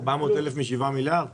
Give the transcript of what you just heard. על הסולר התקני משלמים בלו.